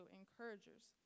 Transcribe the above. encouragers